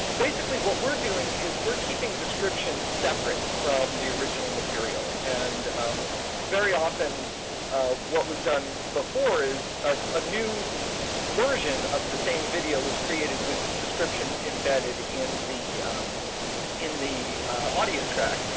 basically what we're doing is we're keeping descriptions separate from the original material. and very often what was done before is a new version of the same video was created with descriptions embedded in the in the audio track.